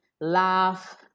laugh